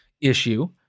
issue